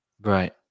Right